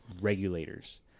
Regulators